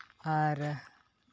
ᱟᱨ